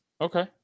Okay